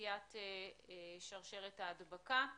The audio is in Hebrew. בקטיעת שרשרת ההדבקה.